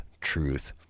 truth